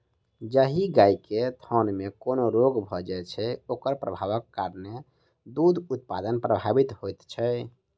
जाहि गाय के थनमे कोनो रोग भ जाइत छै, ओकर प्रभावक कारणेँ दूध उत्पादन प्रभावित होइत छै